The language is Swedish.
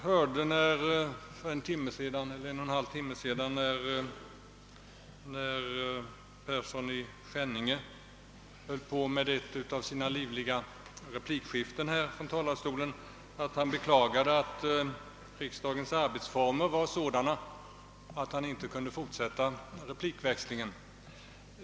När herr Persson i Skänninge för en och en halv timme sedan var inbegripen i ett av sina livliga replikskiften, beklagade han att riksdagens arbetsformer var sådana att han inte kunde fortsätta replikväxlingen.